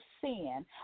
sin